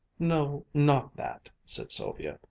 no, not that, said sylvia.